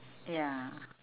ya